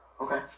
Okay